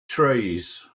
trees